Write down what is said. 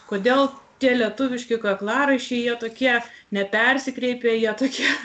kodėl tie lietuviški kaklaraiščiai jie tokie nepersikreipė jie tokie